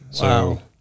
Wow